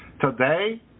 Today